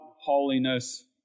holiness